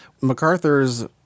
MacArthur's